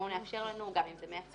בואו נאפשר לנו גם אם זה מאפיין,